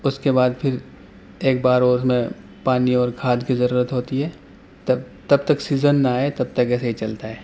اس کے بعد پھر ایک بار اورہمیں پانی اور کھاد کی ضرورت ہوتی ہے تب تب تک سیزن نہ آئے تب تک ایسے ہی چلتا ہے